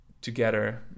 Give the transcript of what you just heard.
together